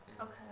Okay